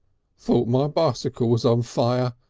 thought my bicycle was on fire,